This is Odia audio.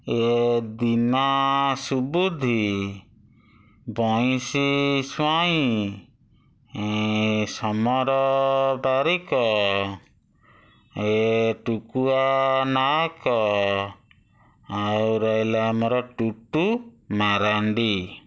ଏ ଦିନା ସୁବୁଦ୍ଧି ବଇଁଶି ସ୍ଵାଇଁ ସମର ବାରିକ ଏ ଟୁକୁଆ ନାହକ ଆଉ ରହିଲା ଆମର ଟୁଟୁ ମାରାଣ୍ଡି